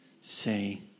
say